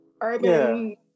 urban